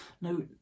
no